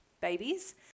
babies